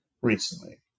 recently